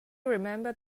remembered